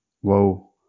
Whoa